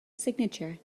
signature